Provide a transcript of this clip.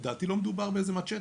לדעתי, לא מדובר באיזה מצ'טה.